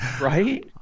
right